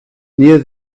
near